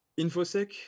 Infosec